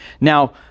now